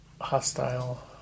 Hostile